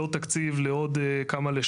מה הפתרון?